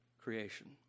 creation